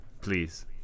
please